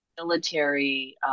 military